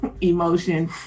emotion